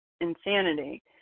insanity